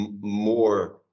more